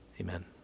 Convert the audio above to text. amen